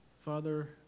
father